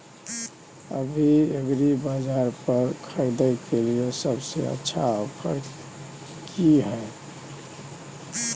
अभी एग्रीबाजार पर खरीदय के लिये सबसे अच्छा ऑफर की हय?